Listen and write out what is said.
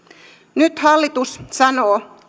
nyt hallitus sanoo